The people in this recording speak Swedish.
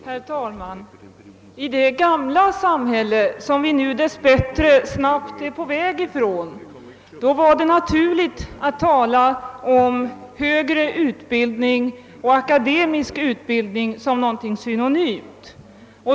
Herr talman! I det gamla samhälle som vi nu dess bättre snabbt är på väg ifrån var det naturligt att tala om högre utbildning och om akademisk utbildning som något synonymt.